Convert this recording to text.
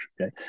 Okay